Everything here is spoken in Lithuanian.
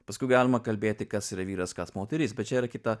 paskui galima kalbėti kas yra vyras kas moteris bet čia yra kita